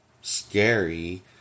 scary